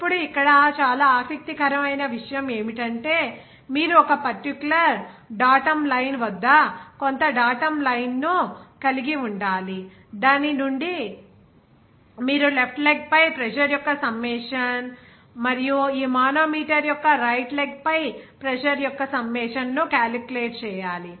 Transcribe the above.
ఇప్పుడు ఇక్కడ చాలా ఆసక్తికరమైన విషయం ఏమిటంటే మీరు ఒక పర్టిక్యులర్ డాటమ్ లైన్ వద్ద కొంత డాటమ్ లైన్ ను కలిగి ఉండాలి దాని నుండి మీరు లెఫ్ట్ లెగ్ పై ప్రెజర్ యొక్క సమ్మేషన్ మరియు ఈ మానోమీటర్ యొక్క రైట్ లెగ్ పై ప్రెజర్ యొక్క సమ్మేషన్ ను క్యాలిక్యులేట్ చేయాలి